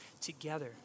together